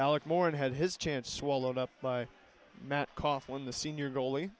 alex more and had his chance swallowed up by matt cough when the senior goalie